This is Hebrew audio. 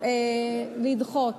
לדחות